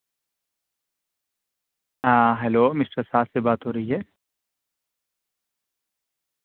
ہاں hello mister Saad سے بات ہو رہی ہے